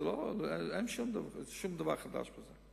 אין שום דבר חדש בזה.